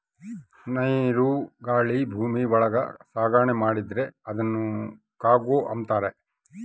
ನೀರು ಗಾಳಿ ಭೂಮಿ ಒಳಗ ಸಾಗಣೆ ಮಾಡಿದ್ರೆ ಅದುನ್ ಕಾರ್ಗೋ ಅಂತಾರ